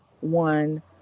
one